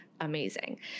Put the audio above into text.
amazing